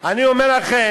אני אומר לכם,